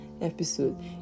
episode